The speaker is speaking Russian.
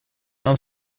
нам